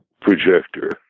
projector